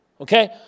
okay